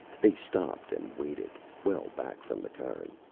they stopped and waited, well back from the cairn.